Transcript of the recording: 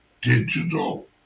digital